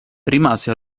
rimase